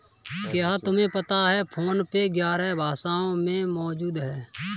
क्या तुम्हें पता है फोन पे ग्यारह भाषाओं में मौजूद है?